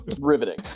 Riveting